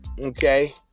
okay